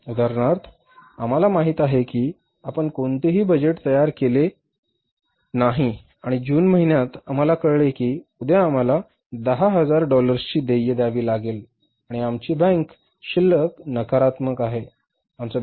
उदाहरणार्थ आम्हाला माहित आहे की आपण कोणतेही बजेट तयार केले नाही आणि जून महिन्यात आम्हाला कळले की उद्या आम्हाला 10000 डॉलर्सची देय द्यावी लागेल आणि आमची बँक शिल्लक नकारात्मक आहे